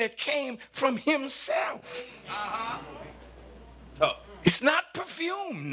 that came from him sad oh it's not perfume